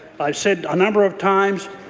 i've said a number of times,